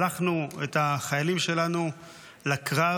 שלחנו את החיילים שלנו לקרב.